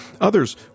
Others